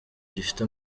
gifite